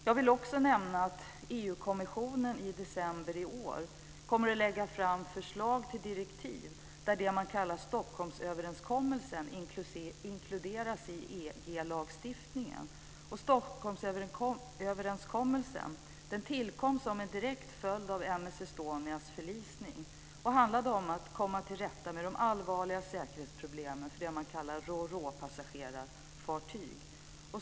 Jag vill också nämna att EU-kommissionen i december i år kommer att lägga fram förslag till direktiv där det man kallar Stockholmsöverenskommelsen inkluderas i EG-lagstiftningen. Stockholmsöverenskommelsen tillkom som en direkt följd av M/S Estonias förlisning. Den handlade om att komma till rätta med de allvarliga säkerhetsproblemen för det man kallar för roropassagerarfartyg.